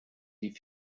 die